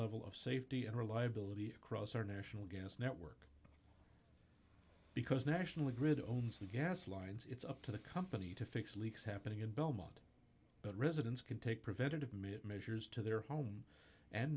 level of safety and reliability across our national gas network because national grid owns the gas lines it's up to the company to fix leaks happening in belmont but residents can take preventative mitt measures to their home and